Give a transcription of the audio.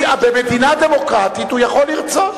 במדינה דמוקרטית הוא יכול לרצות.